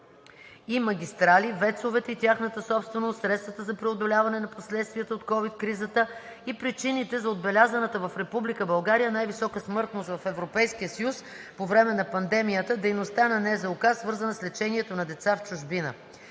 и магистрали, ВЕЦ-овете и тяхната собственост; средствата за преодоляване на последствията от COVID-кризата и причините за отбелязаната в Република България най-висока смъртност в Европейския съюз по време на пандемията, дейността на НЗОК свързана с лечението на деца в чужбина;